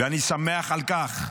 ואני שמח על כך,